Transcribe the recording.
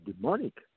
demonic